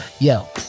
Yo